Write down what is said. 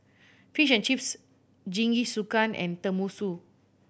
Fish and Chips Jingisukan and Tenmusu